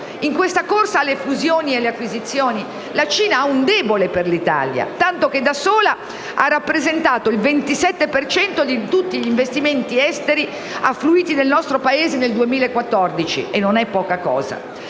Nella corsa alle fusioni e acquisizioni, la Cina ha un debole per l'Italia, tanto che da sola ha rappresentato il 27 per cento di tutti gli investimenti esteri affluiti nel nostro Paese nel 2014, e non è poca cosa.